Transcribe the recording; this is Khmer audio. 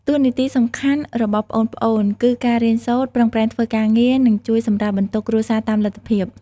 តួនាទីសំខាន់របស់ប្អូនៗ គឺការរៀនសូត្រ ប្រឹងប្រែងធ្វើការងារ និងជួយសម្រាលបន្ទុកគ្រួសារតាមលទ្ធភាព។